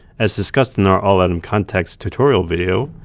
as discussed in our all-atom contacts tutorial video,